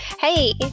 Hey